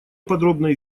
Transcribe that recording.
подробной